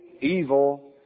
evil